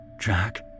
Jack